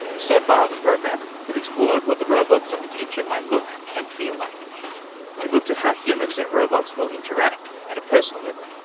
so far on the program we've explored what the robots of the future might look and feel like, and we've looked at how humans and robots will interact at a personal level.